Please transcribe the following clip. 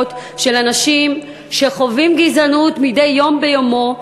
של אנשים שחווים גזענות מדי יום ביומו.